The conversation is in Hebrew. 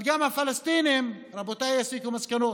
אבל גם הפלסטינים, רבותיי, יסיקו מסקנות.